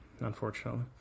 unfortunately